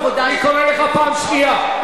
אני קורא לך פעם שנייה.